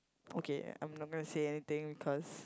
okay I'm not gonna say anything because